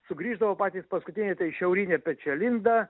sugrįždavo patys paskutiniai tai šiaurinė pečialinda